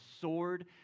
sword